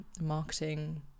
marketing